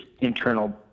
internal